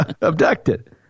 abducted